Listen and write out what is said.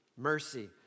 Mercy